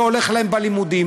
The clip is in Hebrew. לא הולך להם בלימודים.